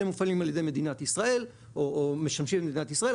אלה מופעלים על ידי מדינת ישראל או משמשים את מדינת ישראל,